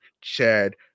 Chad